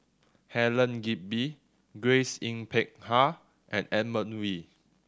Helen Gilbey Grace Yin Peck Ha and Edmund Wee